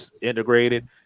integrated